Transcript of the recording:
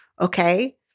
okay